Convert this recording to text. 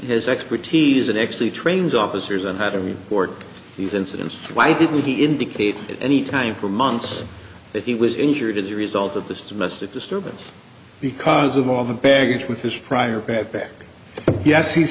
has expertise and actually trains officers on how to report these incidents why didn't he indicate at any time for months that he was injured as a result of this domestic disturbance because of all the baggage with his prior bad back yes he's